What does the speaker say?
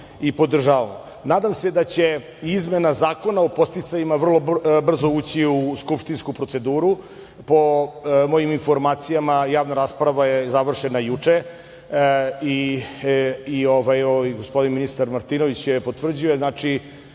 i podržavamo. Nadam se da će izmena Zakona o podsticajima vrlo brzo ući u skupštinsku proceduru. Po mojim informacijama, javna rasprava je završena juče, i gospodin ministar Martinović potvrđuje,